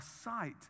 sight